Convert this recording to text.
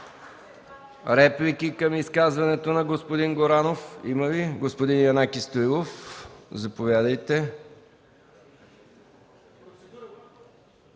реплики към изказването на господин Горанов? Господин Янаки Стоилов, заповядайте.